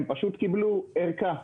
הם פשוט קיבלו ארכה.